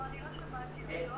לא שמעתי, רק